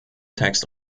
text